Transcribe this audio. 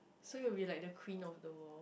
so you will be like the queen of the world